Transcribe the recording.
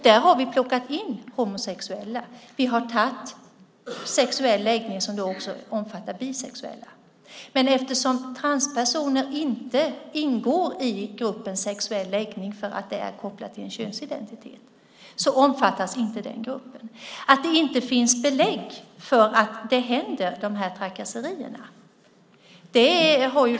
Där har vi plockat in homosexuella. Vi har tagit med sexuell läggning som då också omfattar bisexuella. Men eftersom transpersoner inte ingår i gruppen sexuell läggning för att det är kopplat till en könsidentitet omfattas inte den gruppen. Sedan gällde det att det inte skulle finnas belägg för att de här trakasserierna sker.